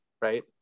Right